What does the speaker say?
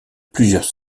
plusieurs